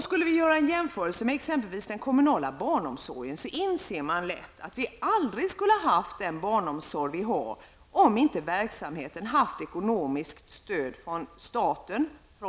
Skulle vi göra en jämförelse med exempelvis den kommunala barnomsorgen inser man lätt att vi aldrig skulle haft den barnomsorg vi har om inte verksamheten i starten haft ekonomiskt stöd från staten.